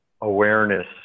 awareness